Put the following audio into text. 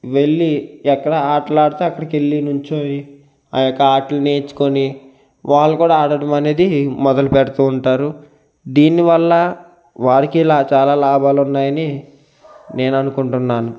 వెళ్ళి ఎక్కడ ఆటలు ఆడితే అక్కడికి వెళ్ళి నించొని ఆ యొక్క ఆటలు నేర్చుకొని వాళ్ళ కూడా ఆడడం అనేది మొదలు పెడుతు ఉంటారు దీని వల్ల వారికి చాలా లాభాలు ఉన్నాయని నేను అనుకుంటున్నాను